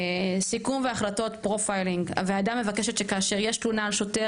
סיכום והחלטות "פרופיילינג" הוועדה מבקשת שכאשר יש תלונה על שוטר,